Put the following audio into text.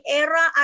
era